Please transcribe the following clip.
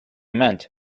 meant